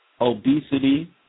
obesity